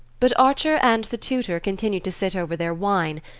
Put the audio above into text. but archer and the tutor continued to sit over their wine,